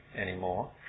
anymore